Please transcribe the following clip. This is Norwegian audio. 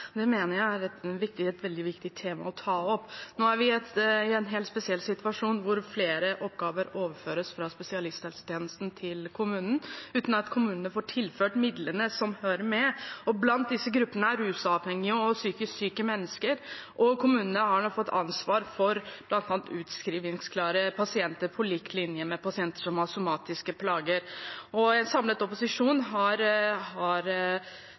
det mener jeg er et veldig viktig tema å ta opp. Nå er vi i en helt spesiell situasjon, hvor flere oppgaver overføres fra spesialisthelsetjenesten til kommunen uten at kommunene får tilført midlene som hører med. Blant disse gruppene er rusavhengige og psykisk syke mennesker. Kommunene har nå fått ansvaret for bl.a. utskrivningsklare pasienter, på lik linje med pasienter som har somatiske plager. En samlet opposisjon har stilt seg undrende til dette, og vi har